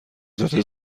قدرت